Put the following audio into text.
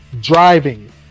Driving